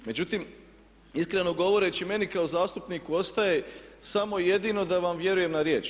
Međutim, iskreno govoreći meni kao zastupniku ostaje samo jedino da vam vjerujem na riječ.